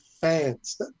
fans